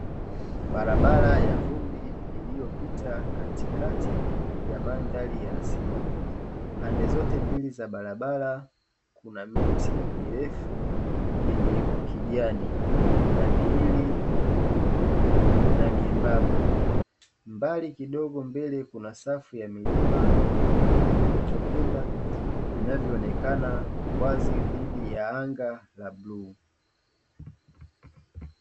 Barabara ya vumbi iliyopita katika mandhari ya asili. Pande zote mbili za barabara kuna miti mirefu yenye ukijani na miwili mikubwa na myembamba mbiali kidogo mbele kuna safu ya milima yenye vilele viwili vilivyopinda vinavyoonekana wazi dhidi ya anga la bluu.